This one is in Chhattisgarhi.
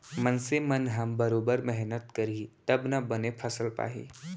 मनसे मन ह बरोबर मेहनत करही तब ना बने फसल पाही